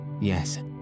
Yes